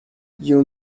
you